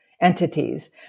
entities